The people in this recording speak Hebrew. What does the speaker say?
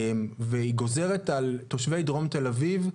והיא גוזרת על תושבי דרום תל אביב,